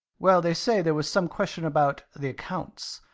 well, they say there was some question about the accounts,